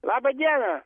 laba diena